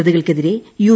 പ്രതികൾക്കെതിരെ യു